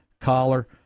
collar